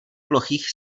plochých